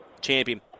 Champion